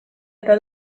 eta